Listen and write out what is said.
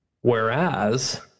Whereas